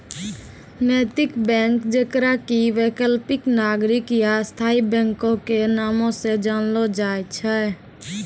नैतिक बैंक जेकरा कि वैकल्पिक, नागरिक या स्थायी बैंको के नामो से जानलो जाय छै